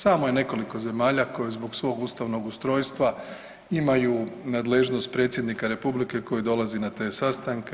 Samo je nekoliko zemalja koje zbog svog ustavnog ustrojstva imaju nadležnost predsjednika Republike koji dolazi na te sastanke.